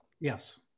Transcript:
Yes